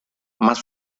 más